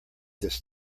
this